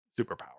superpower